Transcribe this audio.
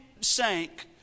sank